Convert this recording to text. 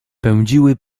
pędziły